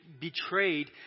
betrayed